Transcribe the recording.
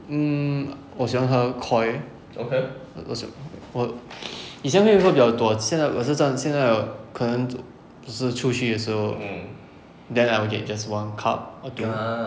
hmm 我喜欢喝 koi 我喜我 以前喝比较多现在我是暂现在我是可能就是出去的时候 then I'll get just one cup or two